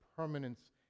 permanence